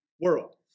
world